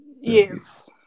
Yes